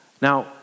Now